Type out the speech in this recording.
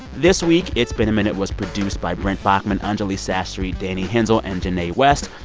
this week, it's been a minute was produced by brent bachman, anjuli sastry, danny hensel and janae west.